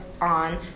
on